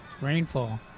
rainfall